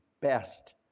best